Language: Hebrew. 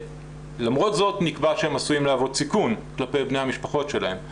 ולמרות זאת נקבע שהם עשויים להוות סיכון כלפי בני המשפחות שלהם.